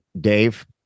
Dave